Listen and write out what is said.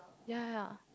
ya ya